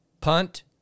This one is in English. punt